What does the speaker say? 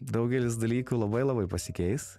daugelis dalykų labai labai pasikeis